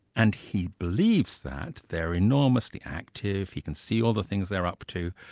and he believes that they're enormously active, he can see all the things they're up to,